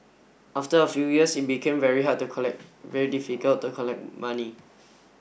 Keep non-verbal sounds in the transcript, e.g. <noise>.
after a few years it became very hard <unintelligible> very difficult to collect money